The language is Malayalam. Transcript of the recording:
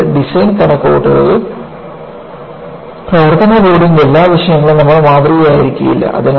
നിങ്ങളുടെ ഡിസൈൻ കണക്കുകൂട്ടലിൽ പ്രവർത്തന ലോഡിന്റെ എല്ലാ വശങ്ങളും നമ്മൾ മാതൃകയാക്കിയിരിക്കില്ല